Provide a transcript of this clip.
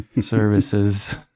services